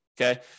Okay